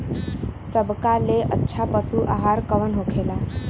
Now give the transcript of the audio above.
सबका ले अच्छा पशु आहार कवन होखेला?